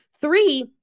Three